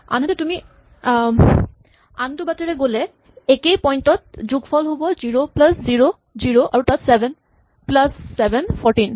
আনহাতে তুমি আনটো বাটেৰে গ'লে এইটো পইন্ট ত যোগফল হ'ব জিৰ' প্লাচ জিৰ' জিৰ' আৰু তাত চেভেন প্লাচ চেভেন ফৰটিন